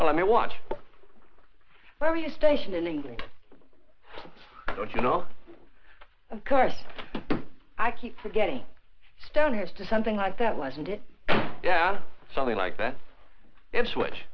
hell let me watch where you station in england don't you know of course i keep forgetting stoners to something like that wasn't it yeah something like that it's wh